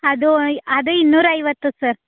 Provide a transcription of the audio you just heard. ಅದು ಅದೇ ಇನ್ನೂರ ಐವತ್ತು ಸರ್